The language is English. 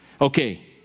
Okay